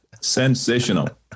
Sensational